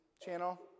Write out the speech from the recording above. channel